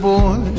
boy